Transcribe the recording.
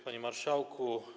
Panie Marszałku!